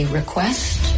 request